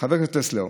חבר הכנסת טסלר,